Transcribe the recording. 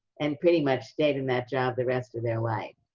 and pretty much stayed in that job the rest of their life.